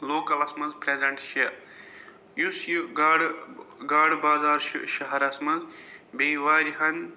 لوکَلَس مَنٛز پرٛٮ۪زٮ۪نٛٹ چھِ یُس یہِ گاڈٕ گاڈٕ بازار چھُ شہرَس مَنٛز بیٚیہِ واریاہَن